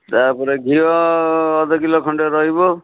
ତା' ପରେ ଘିଅ ଅଧକିଲୋ ଖଣ୍ଡେ ରହିବ